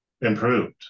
improved